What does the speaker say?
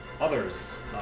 Others